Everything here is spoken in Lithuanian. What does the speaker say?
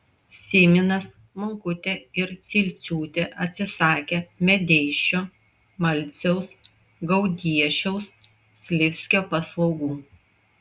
syminas monkutė ir cilciūtė atsisakė medeišio malciaus gaudiešiaus slivskio paslaugų